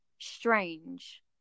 strange